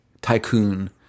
tycoon